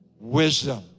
wisdom